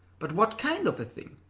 but what kind of thing?